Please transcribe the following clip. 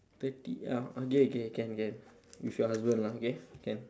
thirty ah okay okay can can with your husband lah okay can